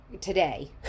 today